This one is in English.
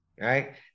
right